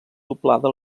doblada